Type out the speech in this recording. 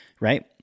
right